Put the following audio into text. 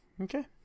okay